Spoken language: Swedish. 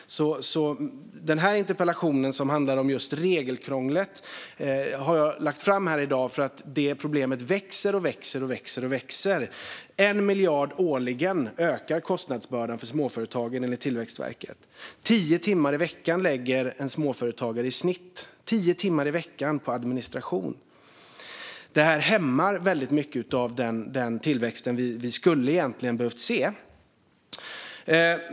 Den här interpellationen, som handlar om just regelkrånglet, har jag ställt för att det problemet växer och växer. Kostnadsbördan för småföretagen ökar med 1 miljard årligen, enligt Tillväxtverket. Tio timmar i veckan lägger en småföretagare i snitt på administration. Det hämmar mycket av den tillväxt som vi egentligen skulle behöva se.